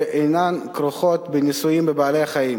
שאינן כרוכות בניסויים בבעלי-חיים.